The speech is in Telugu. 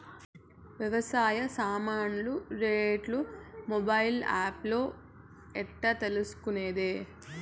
వ్యవసాయ సామాన్లు రేట్లు మొబైల్ ఆప్ లో ఎట్లా తెలుసుకునేది?